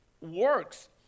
works